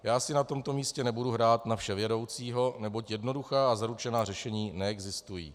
Já si na tomto místě nebudu hrát na vševědoucího, neboť jednoduchá a zaručená řešení neexistují.